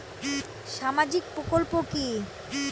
সামাজিক প্রকল্প কি?